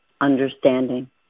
understanding